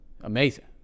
amazing